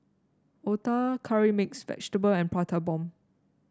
Otah Curry Mixed Vegetable and Prata Bomb